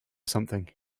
something